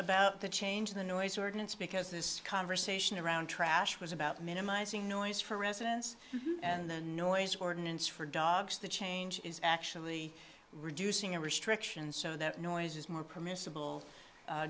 about the change in the noise ordinance because this conversation around trash was about minimizing noise for residents and the noise ordinance for dogs the change is actually reducing a restriction so that noise is more permissible